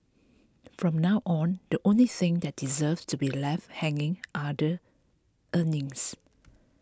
from now on the only thing that deserves to be left hanging are the earrings